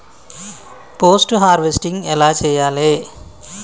Post harvesting ఎలా చెయ్యాలే?